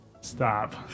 stop